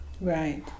Right